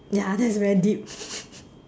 ya that is very deep